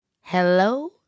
Hello